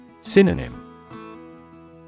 Synonym